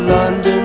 London